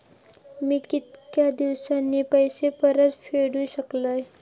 मी कीतक्या दिवसांनी पैसे परत फेडुक शकतय?